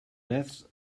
less